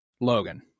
logan